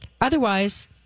Otherwise